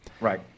right